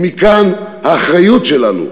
ומכאן האחריות שלנו